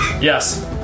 Yes